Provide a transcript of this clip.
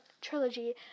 trilogy